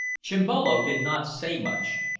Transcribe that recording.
chimbolo did not say much,